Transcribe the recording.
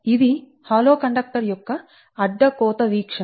ఇది హాలోబోలు కండక్టర్ యొక్క అడ్డ కోత వీక్షణ